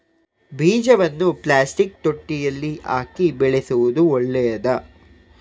ಬೀಜವನ್ನು ಪ್ಲಾಸ್ಟಿಕ್ ತೊಟ್ಟೆಯಲ್ಲಿ ಹಾಕಿ ಬೆಳೆಸುವುದು ಒಳ್ಳೆಯದಾ?